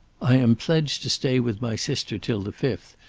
i am pledged to stay with my sister till the fifth,